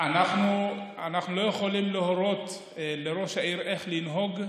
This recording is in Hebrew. אנחנו לא יכולים להורות לראש העירייה איך לנהוג,